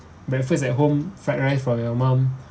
breakfast at home fried rice from your mum